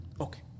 Okay